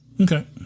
Okay